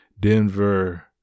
Denver